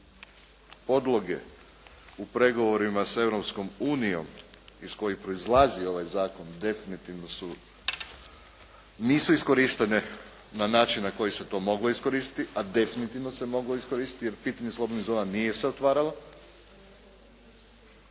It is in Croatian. Podloge u pregovorima s Europskom unijom iz kojih proizlazi ovaj zakon definitivno nisu iskorištene na način na koji se to moglo iskoristiti, a definitivno se moglo iskoristiti jer pitanje slobodnih zona nije se otvaralo.